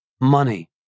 money